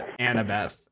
Annabeth